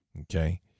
Okay